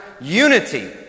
unity